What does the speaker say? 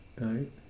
Right